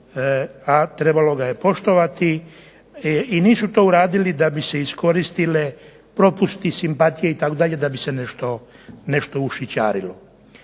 a trebalo ga je poštovati. I nisu to uradili da bi se iskoristili propusti, simpatije itd. da bi se nešto ušićarilo.